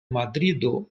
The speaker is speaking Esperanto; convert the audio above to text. madrido